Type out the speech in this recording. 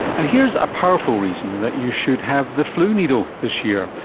and here's a powerful reason that you should have the flu needle this year,